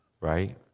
right